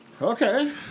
Okay